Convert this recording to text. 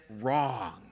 wrong